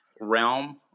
realm